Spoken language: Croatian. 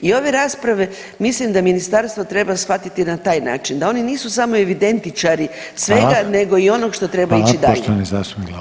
I ove rasprave mislim da ministarstvo treba shvatiti na taj način da oni nisu samo evidentičari svega nego [[Upadica: Hvala.]] i onog što treba ići dalje.